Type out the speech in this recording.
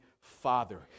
father